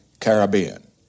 Caribbean